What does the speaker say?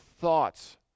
thoughts